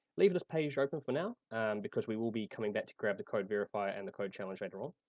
leave this page open for now and because we will be coming back to grab the code verifier and the code challenge later on.